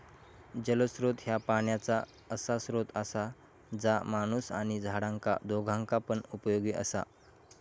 जलस्त्रोत ह्या पाण्याचा असा स्त्रोत असा जा माणूस आणि झाडांका दोघांका पण उपयोगी असा